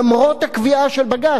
למרות הקביעה של בג"ץ,